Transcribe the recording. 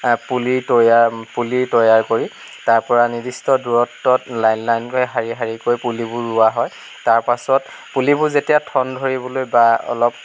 পুলি তৈয়াৰ পুলি তৈয়াৰ কৰি তাৰ পৰা নিৰ্দিষ্ট দূৰত্বত লাইন লাইনকৈ শাৰী শাৰীকৈ পুলিবোৰ ৰোৱা হয় তাৰ পাছত পুলিবোৰ যেতিয়া ঠন ধৰিবলৈ বা অলপ সজীৱ হ'বলৈ